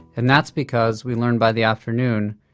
and that's because we learned by the afternoon,